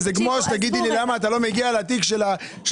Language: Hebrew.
זה כמו שתגידי לי למה את לא מגיעה לתיק של חברת